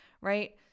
right